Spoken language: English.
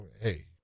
hey